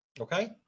Okay